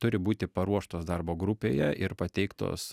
turi būti paruoštos darbo grupėje ir pateiktos